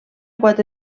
quatre